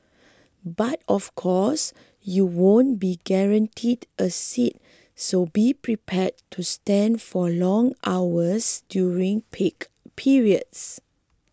but of course you won't be guaranteed a seat so be prepared to stand for long hours during peak periods